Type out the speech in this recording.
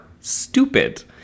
stupid